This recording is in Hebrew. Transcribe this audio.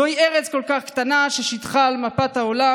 זוהי ארץ כל כך קטנה ששטחה על מפת העולם